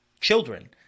children